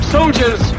Soldiers